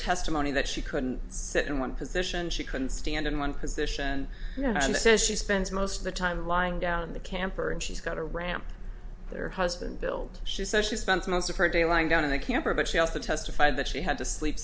testimony that she couldn't sit in one position she couldn't stand in one position in the sez she spends most of the time lying down in the camper and she's got a ramp that her husband build she says she spends most of her day lying down in the camper but she also testified that she had to sleep